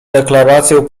deklarację